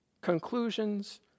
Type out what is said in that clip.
Conclusions